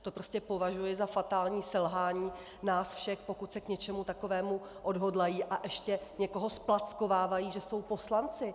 To prostě považuji za fatální selhání nás všech, pokud se k něčemu takovému odhodlají a ještě někoho zplackovávají, že jsou poslanci.